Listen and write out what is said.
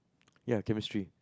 ya chemistry